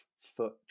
foot